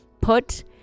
put